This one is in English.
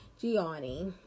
Gianni